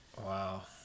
Wow